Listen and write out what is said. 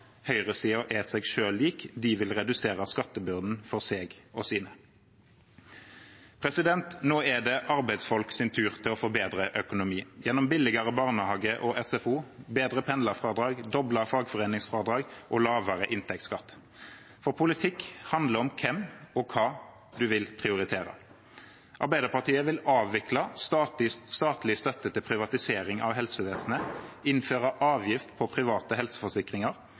er seg selv lik, de vil redusere skattebyrden for seg og sine. Nå er det arbeidsfolks tur til å få bedre økonomi, gjennom billigere barnehage og SFO, bedre pendlerfradrag, doblet fagforeningsfradrag og lavere inntektsskatt. For politikk handler om hvem og hva man vil prioritere. Arbeiderpartiet vil avvikle statlig støtte til privatisering av helsevesenet, innføre avgift på private helseforsikringer